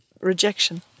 rejection